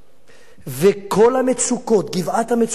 וכל המצוקות, גבעת המצוקות הזו,